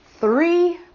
Three